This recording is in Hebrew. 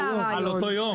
על אותו יום.